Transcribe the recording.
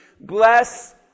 bless